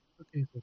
Okay